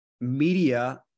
media